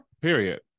Period